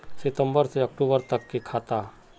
सितम्बर से अक्टूबर तक के खाता?